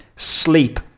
Sleep